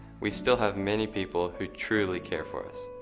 we still have many people who truly care for us,